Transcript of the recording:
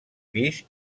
pis